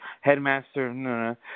headmaster